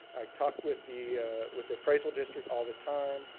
i talk with the with the appraisal district all the time.